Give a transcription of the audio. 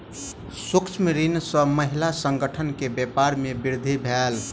सूक्ष्म ऋण सॅ महिला संगठन के व्यापार में वृद्धि भेल